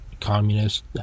Communist